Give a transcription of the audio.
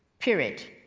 period.